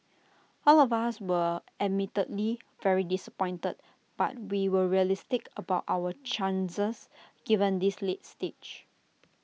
all of us were admittedly very disappointed but we were realistic about our chances given this late stage